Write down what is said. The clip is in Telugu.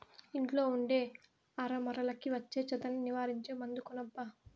ఇంట్లో ఉండే అరమరలకి వచ్చే చెదల్ని నివారించే మందు కొనబ్బా